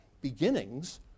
beginnings